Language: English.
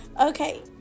okay